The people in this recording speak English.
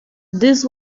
this